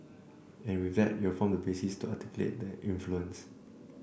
and with that it'll form the basis to articulate that influence